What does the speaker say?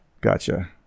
gotcha